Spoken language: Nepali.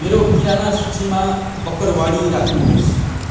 मेरो किराना सूचीमा बकरवाडी राख्नुहोस्